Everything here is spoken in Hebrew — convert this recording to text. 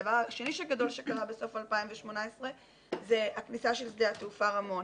הדבר השני הגדול שקרה בסוף 2018 זה הכניסה של שדה התעופה רמון.